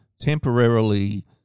temporarily